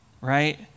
right